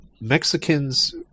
Mexicans